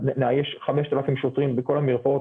נאייש 5,000 שוטרים בכל המרפאות,